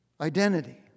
identity